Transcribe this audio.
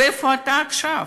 איפה אתה עכשיו?